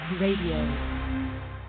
Radio